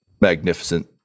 magnificent